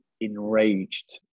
enraged